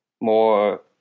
more